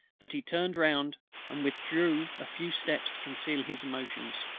that he turned round and withdrew a few steps to conceal his emotions.